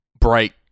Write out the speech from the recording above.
bright